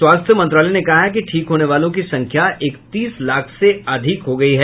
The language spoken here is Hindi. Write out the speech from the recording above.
स्वास्थ्य मंत्रालय ने कहा है कि ठीक होने वालों की संख्या इकतीस लाख से अधिक हो गई है